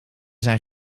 zijn